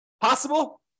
Possible